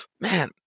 Man